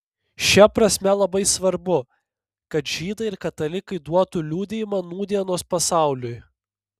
šia prasme labai svarbu kad žydai ir katalikai duotų liudijimą nūdienos pasauliui